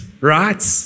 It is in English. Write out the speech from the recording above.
right